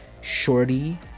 shorty